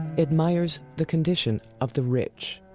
admires the condition of the rich.